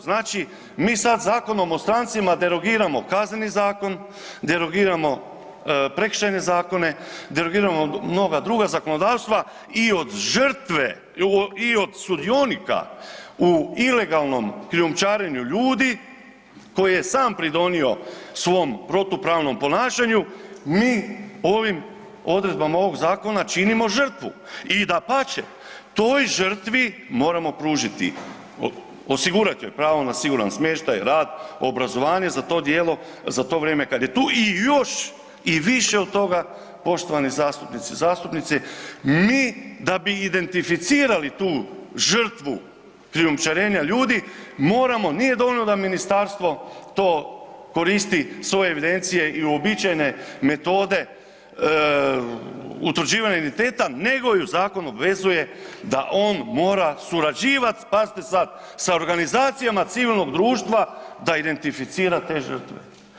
Znači, mi sad Zakonom o strancima derogiramo kazneni zakon, derogiramo prekršajne zakone, derogiramo mnoga druga zakonodavstva i od žrtve i od sudionika u ilegalnom krijumčarenju ljudi koji je sam pridonio svom protupravnom ponašanju, mi ovim odredbama ovog zakona činimo žrtvu i dapače toj žrtvi moramo pružiti, osigurat joj pravo na siguran smještaj, rad, obrazovanje za to djelo, za to vrijeme kad je tu i još i više od toga poštovani zastupnici i zastupnici mi da bi identificirali tu žrtvu krijumčarenja ljudi moramo, nije dovoljno da ministarstvo to koristi svoje evidencije i uobičajene metode utvrđivanja identiteta nego ju zakon obvezuje da on mora surađivat, pazite sad, sa organizacijama civilnog društva da identificira te žrtve.